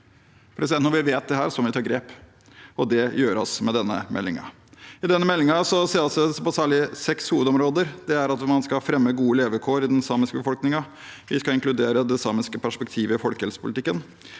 Når vi vet dette, må vi ta grep, og det gjøres med denne meldingen. I denne meldingen ses det på særlig seks hovedområder. Det er at man skal fremme gode levekår i den samiske befolkningen. Vi skal inkludere det samiske perspektivet i folkehelsepolitikken.